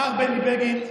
מר בני בגין,